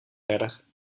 verder